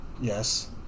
Yes